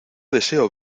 deseo